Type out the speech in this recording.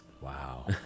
Wow